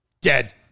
Dead